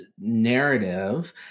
narrative